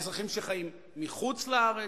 האזרחים שחיים מחוץ לארץ?